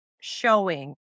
showing